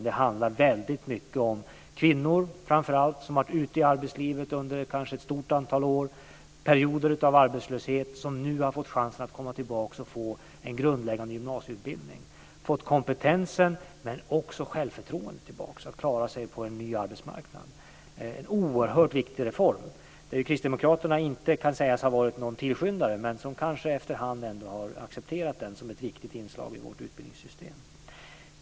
Det handlar framför allt väldigt mycket om kvinnor som har varit ute i arbetslivet kanske under ett stort antal år och med perioder av arbetslöshet och som nu har fått chansen att få en grundläggande gymnasieutbildning. De har fått kompetensen men också självförtroendet att klara sig på en ny arbetsmarknad. Detta är en oerhört viktig reform. Kristdemokraterna kan inte sägas ha varit någon tillskyndare av den men har kanske ändå efterhand accepterat den som ett viktigt inslag i vårt utbildningssystem.